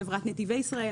חברת נתיבי ישראל,